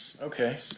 Okay